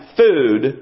food